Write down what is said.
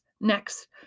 next